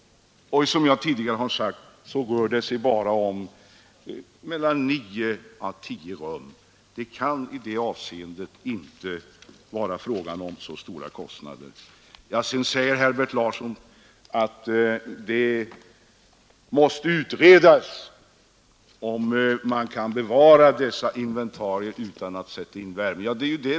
Som jag tidigare har sagt rör det sig här bara om 9 å 10 rum. I det avseendet kan det alltså inte vara fråga om så stora kostnader. Herbert Larsson säger att det måste utredas om man kan bevara dessa inventarier utan att samtidigt sätta in värme.